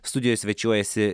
studijoje svečiuojasi